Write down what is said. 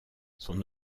son